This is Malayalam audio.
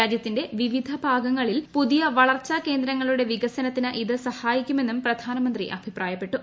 രാജ്യത്തിന്റെ വിവിധ ഭാഗങ്ങ്ളിൽ പുതിയ വളർച്ചാ കേന്ദ്രങ്ങളുടെ വികസനത്തിന് ഇത് സ്ഥായിക്കുമെന്നും പ്രധാനമന്ത്രി അഭിപ്രായപ്പെട്ടു